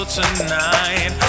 tonight